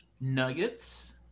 nuggets